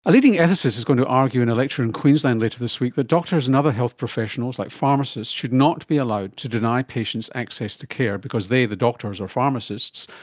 a leading ethicist is going to argue in a lecture in queensland later this week that doctors and other health professionals like pharmacists should not be allowed to deny patients access to care because they, the doctors or pharmacists,